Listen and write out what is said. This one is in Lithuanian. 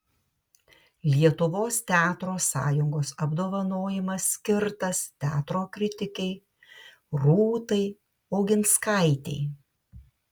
lietuvos teatro sąjungos apdovanojimas skirtas teatro kritikei rūtai oginskaitei